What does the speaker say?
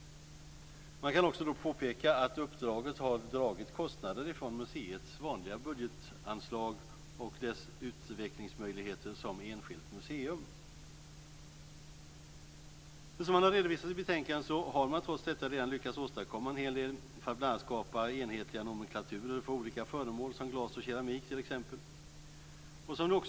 Man kan också påpeka att uppdraget har dragit kostnader från museets vanliga budgetanslag och dess utvecklingsmöjligheter som enskilt museum. Som man har redovisat i betänkandet har man trots detta redan lyckats åstadkomma en hel del för att bl.a. skapa enhetliga nomenklaturer för olika föremål, t.ex. glas och keramik.